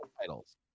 titles